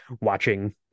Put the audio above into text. watching